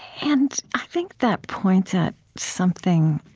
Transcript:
and i think that points at something,